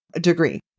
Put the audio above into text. degree